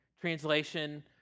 Translation